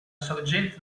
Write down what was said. sorgente